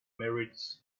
married